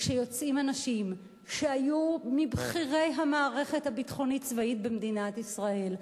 כשיוצאים אנשים שהיו מבכירי המערכת הביטחונית-צבאית במדינת ישראל,